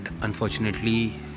unfortunately